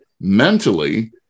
mentally